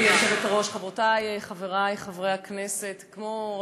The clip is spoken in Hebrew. חבר הכנסת איציק שמולי, אינו נוכח.